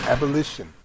Abolition